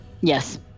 Yes